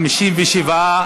57,